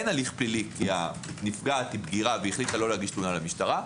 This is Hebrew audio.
אין הליך פלילי כי הנפגעת בגירה והחליטה לא להגיש תלונה למשטרה,